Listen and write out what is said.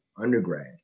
undergrad